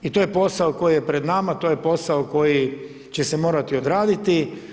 I to je posao koji je pred nama, to je posao koji će se morati odraditi.